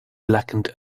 blackened